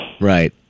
right